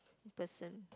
person